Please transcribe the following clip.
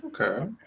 okay